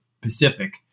Pacific